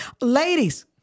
Ladies